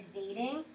dating